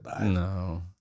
No